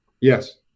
Yes